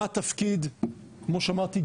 מה התפקיד כמו שאמרתי,